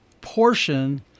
portion